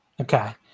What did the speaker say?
Okay